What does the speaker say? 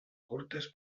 curtes